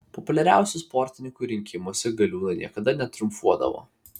populiariausių sportininkų rinkimuose galiūnai niekada netriumfuodavo